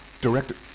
Director